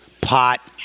pot